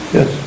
Yes